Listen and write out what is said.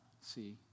see